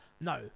No